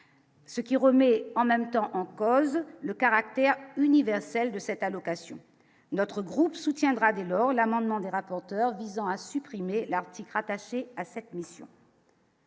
Ce qui remet en même temps en cause le caractère universel de cette allocation, notre groupe soutiendra dès lors l'amendement des rapporteurs visant à supprimer l'article rattaché à cette mission.